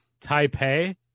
Taipei